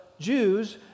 Jews